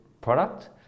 product